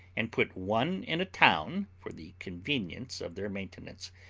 and put one in a town, for the conveniency of their maintenance,